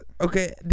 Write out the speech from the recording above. Okay